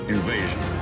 Invasion